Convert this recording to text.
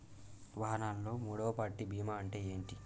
వాహనాల్లో మూడవ పార్టీ బీమా అంటే ఏంటి?